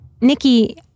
Nikki